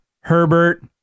herbert